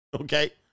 Okay